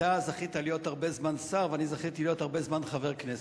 אתה זכית להיות הרבה זמן שר ואני זכיתי להיות הרבה זמן חבר כנסת.